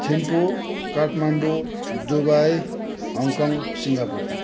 Thimphu Kathmandu Dubai Hong Kong Singapore